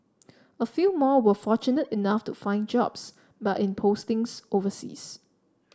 a few more were fortunate enough to find jobs but in postings overseas